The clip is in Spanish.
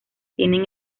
tienen